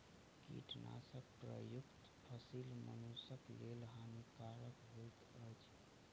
कीटनाशक प्रयुक्त फसील मनुषक लेल हानिकारक होइत अछि